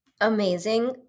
Amazing